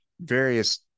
various